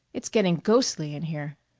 it's getting ghostly in here.